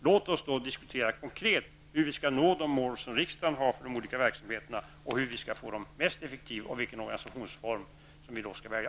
Låt oss då konkret diskutera hur vi skall kunna nå de mål som riksdagen har uppsatt för de olika verksamheterna, hur det skall ske på effektivaste sätt och vilken organisationsform som vi skall välja.